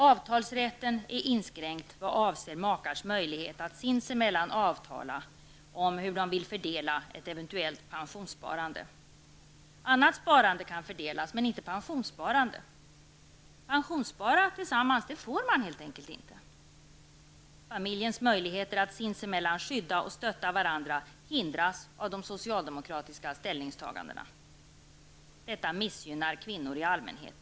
Avtalsrätten är inskränkt vad avser makars möjlighet att sinsemellan avtala om hur de vill fördela ett eventuellt pensionssparande. Annat sparande kan fördelas men inte pensionssparandet. Pensionsspara tillsammans får man helt enkelt inte. Familjemedlemmarnas möjlighet att sinsemellan skydda och stötta varandra hindras av de socialdemokratiska ställningstagandena. Detta missgynnar kvinnor i allmänhet.